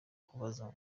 kubaza